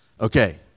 Okay